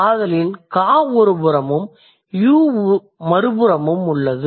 ஆதலின் ka என்பது ஒருபுறமும் yu என்பது மறுபுறமும் உள்ளது